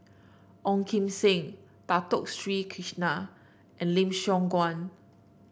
Ong Kim Seng Dato Sri Krishna and Lim Siong Guan